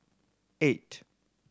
eight